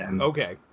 Okay